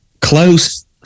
Close